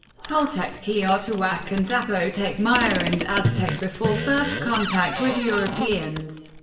toltec, teotihuacan, zapotec, maya and aztec before first contact with europeans.